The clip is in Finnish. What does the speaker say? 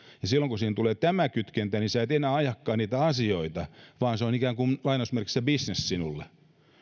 ja silloin kun siihen tulee tämä kytkentä niin sinä et enää ajakaan niitä asioita vaan se on ikään kuin bisnes sinulle